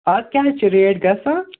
آز کیٛاہ حظ چھِ ریٹ گژھان